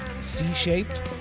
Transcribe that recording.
C-shaped